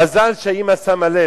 מזל שהאמא שמה לב.